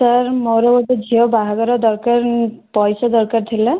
sir ମୋର ଗୋଟେ ଝିଅ ବାହାଘର ଦରକାର ପଇସା ଦରକାର ଥିଲା